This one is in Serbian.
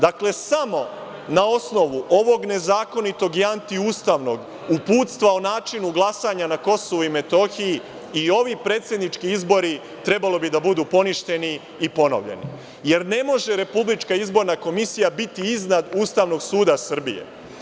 Dakle, samo na osnovu ovog nezakonitog antiustavnog uputstva o načinu glasanja na KiM i ovi predsednički izbori trebalo bi da budu poništeni i ponovljeni, jer ne može RIK biti iznad Ustavnog suda Srbije.